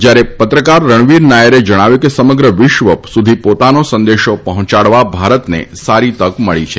જયારે પત્રકાર રણવીર નાયરે જણાવ્યું છે કે સમગ્ર વિશ્વ સુધી પોતાનો સંદેશો પહોંચાડવા ભારતને સારી તક મળી છે